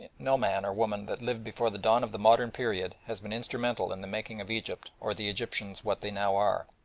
no man or woman that lived before the dawn of the modern period, has been instrumental in the making of egypt or the egyptians what they now are.